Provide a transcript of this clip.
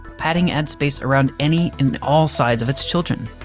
padding adds space around any and all sides of its children.